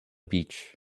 beach